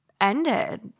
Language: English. ended